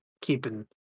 keeping